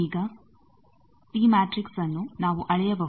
ಈಗ ಟಿ ಮ್ಯಾಟ್ರಿಕ್ಸ್ಅನ್ನು ನಾವು ಅಳೆಯಬಹುದು